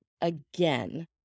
again